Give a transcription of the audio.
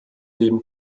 neben